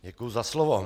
Děkuji za slovo.